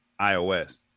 iOS